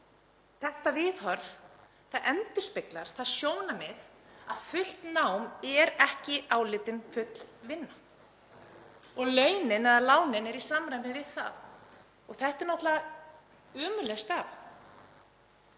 Þetta viðhorf endurspeglar það sjónarmið að fullt nám er ekki álitið full vinna og launin eða lánin eru í samræmi við það. Þetta er náttúrlega ömurleg staða.